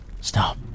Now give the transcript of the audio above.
stop